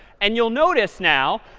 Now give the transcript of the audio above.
and you'll notice now,